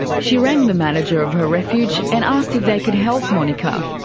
she rang the manager of her refuge and asked if they could help monika.